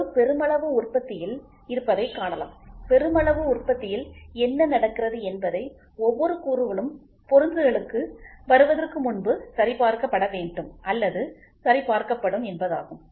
ஒரு பெருமளவு உற்பத்தியில் இருப்பதைக் காணலாம் பெருமளவு உற்பத்தியில் என்ன நடக்கிறது என்பது ஒவ்வொரு கூறுகளும் பொருந்துதலுக்கு வருவதற்கு முன்பு சரிபார்க்கப்பட வேண்டும் அல்லது சரிபார்க்கப்படும் என்பதாகும்